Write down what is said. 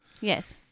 Yes